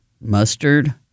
mustard